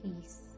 peace